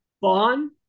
Bond